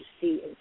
see